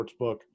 sportsbook